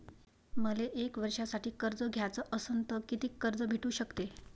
मले एक वर्षासाठी कर्ज घ्याचं असनं त कितीक कर्ज भेटू शकते?